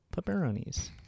pepperonis